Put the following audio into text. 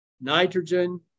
nitrogen